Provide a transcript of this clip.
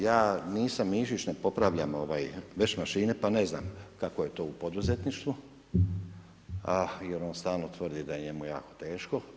Ja nisam Mišić, ne popravljam vešmašine, pa ne znam kako je to poduzetništvu jer on stalno tvrdi da je njemu jako teško.